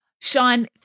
Sean